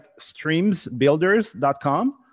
streamsbuilders.com